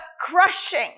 crushing